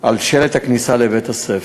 על שלט הכניסה לבית-הספר.